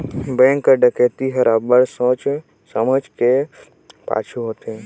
bank कर डकइती हर अब्बड़ सोंचे समुझे कर पाछू होथे